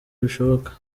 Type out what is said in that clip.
bishoboka